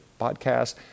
podcast